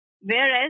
Whereas